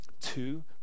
Two